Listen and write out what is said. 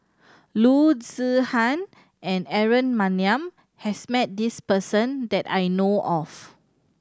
Loo Zihan and Aaron Maniam has met this person that I know of